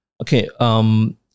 Okay